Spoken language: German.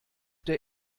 der